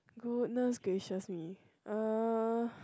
goodness gracious me uh